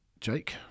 Jake